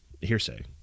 hearsay